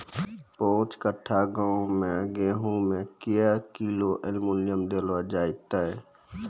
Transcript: पाँच कट्ठा गांव मे गेहूँ मे क्या किलो एल्मुनियम देले जाय तो?